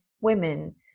women